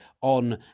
on